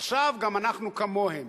עכשיו גם אנחנו כמוהם.